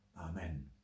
Amen